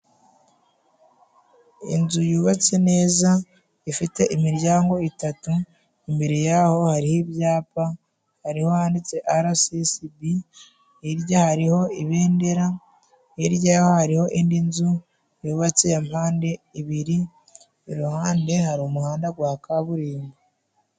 Inzu yubatse neza ifite imiryango itatu, imbere yaho hariho ibyapa hariho handitse arasesibi. Hirya hariho ibendera, hirya yaho hariho indi nzu yubatse yampande ibiri, iruhande hari umuhanda gwa kaburimbo.